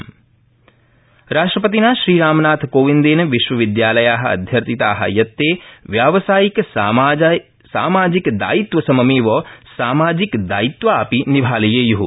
राष्ट्रपति राष्ट्र तिना श्रीरामनाथकोविन्देन विश्वविदयालया अध्यर्थिता यत् ते व्यावसायिक सामाजिक दायित्व सममेव सामाजिक दायित्वा अपि निभालयेयः